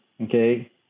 okay